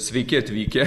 sveiki atvykę